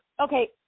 okay